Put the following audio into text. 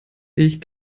ich